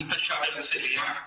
אני תושב הרצליה,